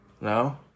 No